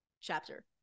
chapter